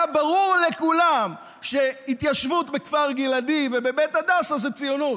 היה ברור לכולם שהתיישבות בכפר גלעדי ובבית הדסה זו ציונות.